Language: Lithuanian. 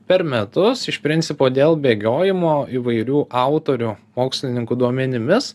per metus iš principo dėl bėgiojimo įvairių autorių mokslininkų duomenimis